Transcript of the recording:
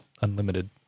unlimited